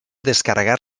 descarregar